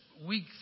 Week